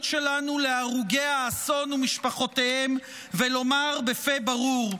שלנו להרוגי האסון ומשפחותיהם ולומר בפה ברור: